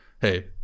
Hey